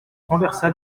renversa